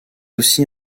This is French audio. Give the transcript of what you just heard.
aussi